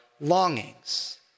longings